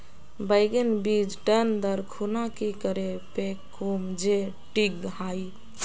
बैगन बीज टन दर खुना की करे फेकुम जे टिक हाई?